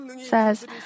says